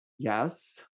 Yes